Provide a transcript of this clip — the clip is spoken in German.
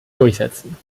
durchsetzen